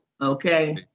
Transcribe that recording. Okay